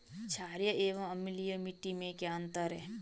छारीय एवं अम्लीय मिट्टी में क्या अंतर है?